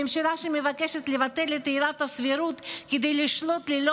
ממשלה שמבקשת לבטל את עילת הסבירות כדי לשלוט ללא